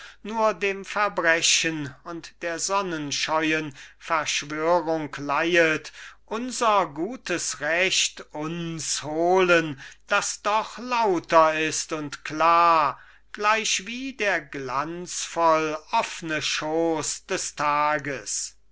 nur dem verbrechen und der sonnenscheuen verschwörung leihet unser gutes recht uns holen das doch lauter ist und klar gleichwie der glanzvoll offne schoss des tages